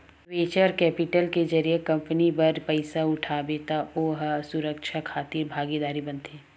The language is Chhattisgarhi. वेंचर केपिटल के जरिए कंपनी बर पइसा उठाबे त ओ ह सुरक्छा खातिर भागीदार बनथे